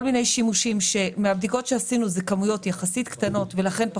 מיני שימושים שמהבדיקות שעשינו הם בכמויות יחסית קטנות ולכן הם